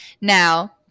Now